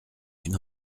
une